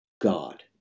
God